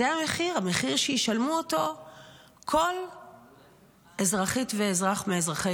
המחיר שישלמו אותו כל אזרחית ואזרח מאזרחי